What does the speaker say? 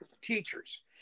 teachers